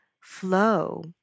flow